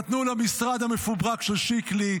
נתנו למשרד המפוברק של שיקלי,